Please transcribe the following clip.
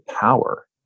power